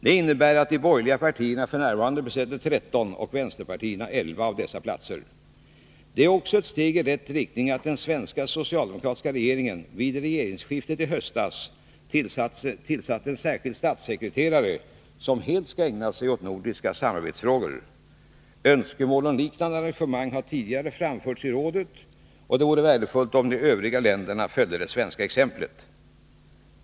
Detta innebär att de borgerliga partierna f. n. besätter 13 och vänsterpartierna 11 av dessa platser. Det är också ett steg i rätt riktning att den svenska socialdemokratiska regeringen vid regeringsskiftet i höstas tillsatte en särskild statssekreterare som helt skall ägna sig åt nordiska samarbetsfrågor. Önskemål om liknande arrangemang har tidigare framförts i rådet, och det vore värdefullt om de övriga länderna följde det svenska exemplet.